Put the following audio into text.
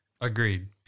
Agreed